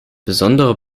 besondere